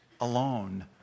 alone